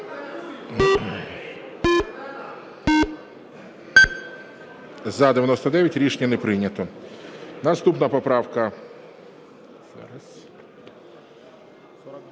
За-99 Рішення не прийнято. Наступна – поправка